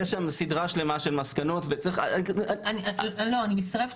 יש סדרה שלמה של מסקנות --- אני מצטרפת